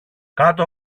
κάτω